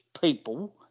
people